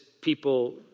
people